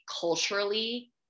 culturally